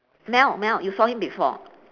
mel mel you saw him before